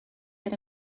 that